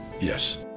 Yes